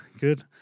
Good